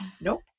nope